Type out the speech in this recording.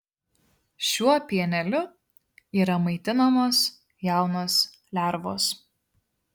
šiuo pieneliu yra maitinamos jaunos lervos